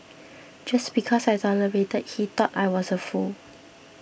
just because I tolerated he thought I was a fool